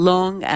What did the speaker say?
Long